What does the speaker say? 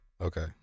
Okay